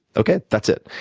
okay? that's it.